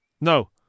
No